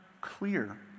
clear